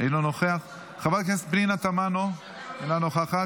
אינו נוכח, חברת הכנסת פנינה תמנו, אינה נוכחת,